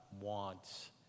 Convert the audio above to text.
wants